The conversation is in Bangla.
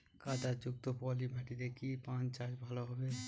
কাদা যুক্ত পলি মাটিতে কি পান চাষ ভালো হবে?